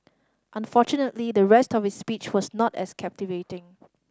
unfortunately the rest of his speech was not as captivating